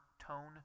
tone